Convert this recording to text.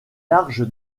large